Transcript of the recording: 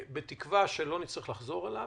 בתקווה שלא נצטרך לחזור אליו.